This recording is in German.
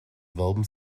werben